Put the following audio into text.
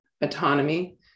autonomy